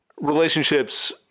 relationships